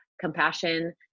compassion